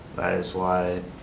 is why